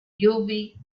ogilvy